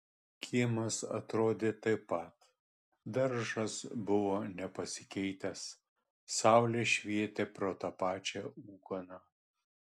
kiemas atrodė taip pat daržas buvo nepasikeitęs saulė švietė pro tą pačią ūkaną